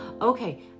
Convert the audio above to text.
Okay